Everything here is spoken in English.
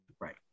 Right